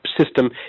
system